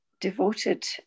devoted